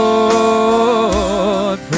Lord